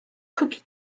cookie